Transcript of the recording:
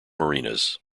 marinas